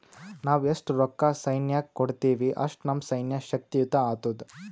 ನಾವ್ ಎಸ್ಟ್ ರೊಕ್ಕಾ ಸೈನ್ಯಕ್ಕ ಕೊಡ್ತೀವಿ, ಅಷ್ಟ ನಮ್ ಸೈನ್ಯ ಶಕ್ತಿಯುತ ಆತ್ತುದ್